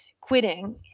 quitting